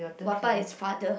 Wappa is father